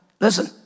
listen